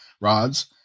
rods